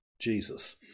Jesus